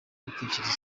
ibitekerezo